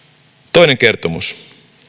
toinen kertomus